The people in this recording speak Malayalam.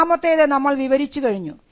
ഒന്നാമത്തേത് നമ്മൾ വിവരിച്ചു കഴിഞ്ഞു